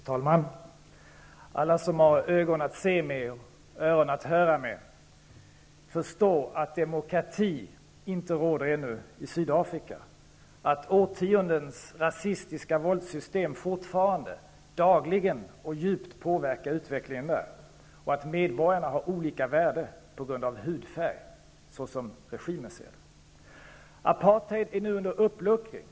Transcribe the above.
Herr talman! Alla som har ögon att se med och öron att höra med förstår att demokrati ännu inte råder i Sydafrika, att årtiondens rasistiska våldssystem fortfarande dagligen och djupt påverkar utvecklingen där och att medborgarna, såsom regimen ser det, har olika värde på grund av hudfärg. Apartheid är nu under uppluckring.